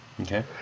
Okay